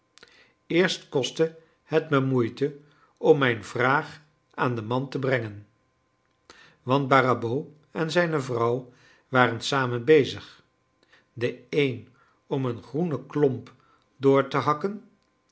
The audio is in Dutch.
eerst kostte het me moeite om mijn vraag aan den man te brengen want barrabaud en zijne vrouw waren samen bezig de een om een groene klomp door te hakken